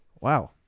wow